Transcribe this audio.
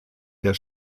der